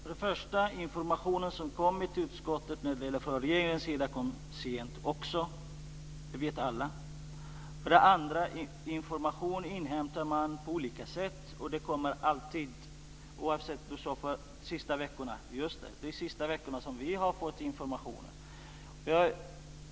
Fru talman! För det första: Informationen från regeringen kom sent till utskottet, det vet alla. För det andra: Information inhämtas på olika sätt. Vi har fått information under de senaste veckorna.